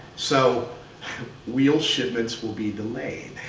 so wheel shipments will be delayed.